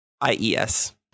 ies